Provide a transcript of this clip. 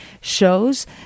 shows